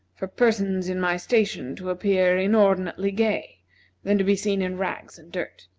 for persons in my station to appear inordinately gay than to be seen in rags and dirt.